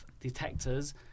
detectors